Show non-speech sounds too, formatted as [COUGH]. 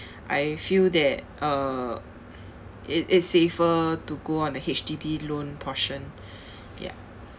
[BREATH] I feel that uh it it's safer to go on a H_D_B loan portion [BREATH] ya